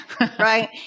Right